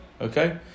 Okay